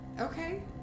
Okay